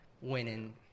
winning